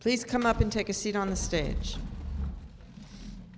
please come up and take a seat on the stage